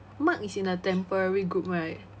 mark is in a temporary group right